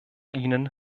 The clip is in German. ihnen